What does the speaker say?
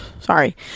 sorry